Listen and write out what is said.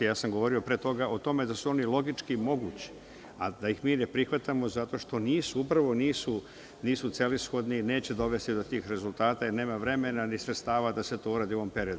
Ja sam govorio pre toga o tome da su oni logički mogući, a da ih mi ne prihvatamo zato što upravo nisu celishodni i neće dovesti do tih rezultata, jer nema vremena ni sredstava da se to uradi u ovom periodu.